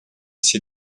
все